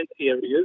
areas